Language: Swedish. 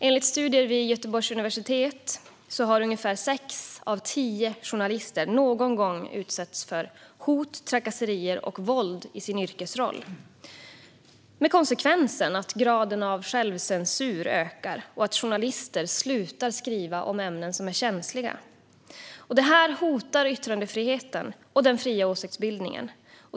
Enligt studier vid Göteborgs universitet har ungefär sex av tio journalister någon gång utsatts för hot, trakasserier och våld i sin yrkesroll, med konsekvensen att graden av självcensur ökar och att journalister slutar skriva om ämnen som är känsliga. Detta hotar yttrandefriheten och den fria åsiktsbildningen.